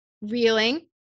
reeling